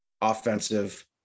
offensive